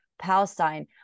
Palestine